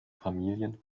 familien